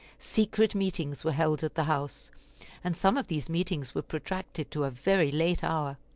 secret meetings were held at the house and some of these meetings were protracted to a very late hour.